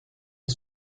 est